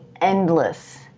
endless